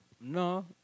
no